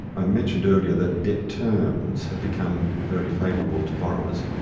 i mentioned earlier that debt terms have become very favourable to borrowers,